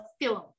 film